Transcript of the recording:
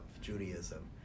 Judaism